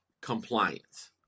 compliance